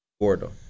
Gordo